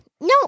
No